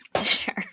Sure